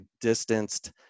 distanced